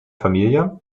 familie